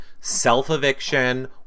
self-eviction